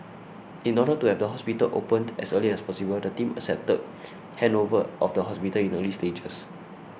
in order to have the hospital opened as early as possible the team accepted handover of the hospital in early stages